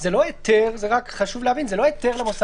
אתה לוקח את המוחרגים האלה; ואת המוחרגים ההם אתה עדיין רוצה